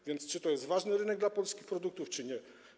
A więc czy to jest ważny rynek dla polskich produktów, czy nie?